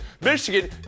michigan